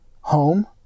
home